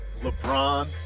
LeBron